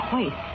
Wait